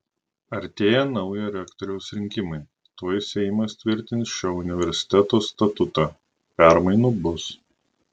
artėja naujo rektoriaus rinkimai tuoj seimas tvirtins šio universiteto statutą permainų bus